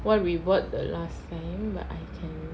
what we bought the last time but I can